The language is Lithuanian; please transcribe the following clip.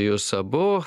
jus abu